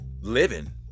living